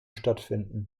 stattfinden